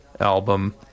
Album